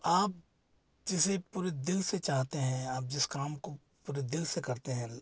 आप जिसे पूरे दिल से चाहते हैं आप जिस काम को पूरे दिल से करते हैं